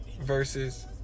Versus